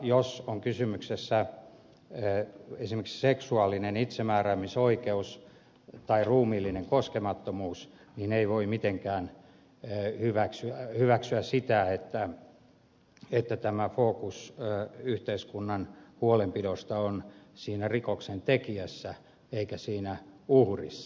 jos on kysymyksessä esimerkiksi seksuaalinen itsemääräämisoikeus tai ruumiillinen koskemattomuus niin ei voi mitenkään hyväksyä sitä että tämä yhteiskunnan huolenpidon fokus on siinä rikoksentekijässä eikä siinä uhrissa